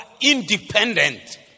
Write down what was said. independent